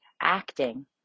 Acting